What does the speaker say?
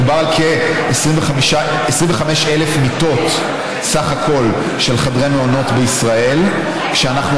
דובר על כ-25,000 מיטות של חדרי מעונות בישראל בסך הכול,